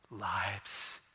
lives